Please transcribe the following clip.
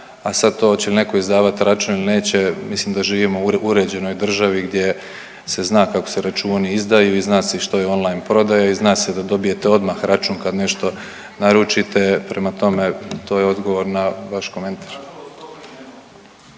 A sad to hoće li netko izdavati račun ili neće mislim da živimo u uređenoj državi gdje se zna kako se računi izdaju i zna se i što je online prodaja i zna se da dobijete odmah račun kad nešto naručite. Prema tome, to je odgovor na vaš komentar.